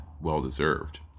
well-deserved